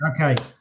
Okay